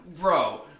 Bro